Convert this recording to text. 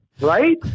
Right